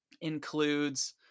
includes